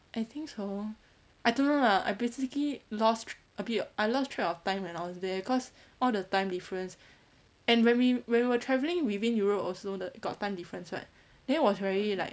I think so I don't know lah I basically lost a bit I lost track of time when I was there cause all the time difference and when we when we were travelling within europe also the got time difference [what] then it was very like